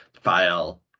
file